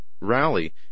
rally